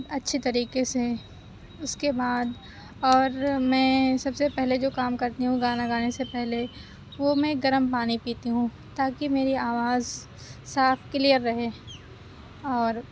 اچھے طریقے سے اُس کے بعد اور میں سب سے پہلے جو کام کرتی ہوں گانا گانے سے پہلے وہ میں گرم پانی پیتی ہوں تاکہ میری آواز صاف کلیئر رہے اور